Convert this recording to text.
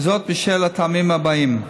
וזאת בשל הטעמים הבאים: